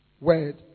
word